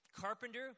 carpenter